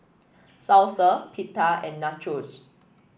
Salsa Pita and Nachos